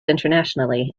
internationally